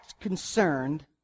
concerned